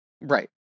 Right